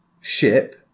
ship